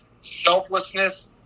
selflessness